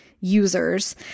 users